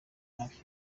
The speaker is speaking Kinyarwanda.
hafi